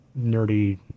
nerdy